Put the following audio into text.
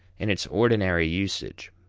in its ordinary usage,